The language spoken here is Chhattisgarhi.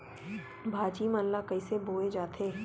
भाजी मन ला कइसे बोए जाथे?